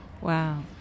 Wow